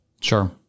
Sure